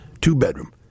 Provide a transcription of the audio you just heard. two-bedroom